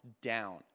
down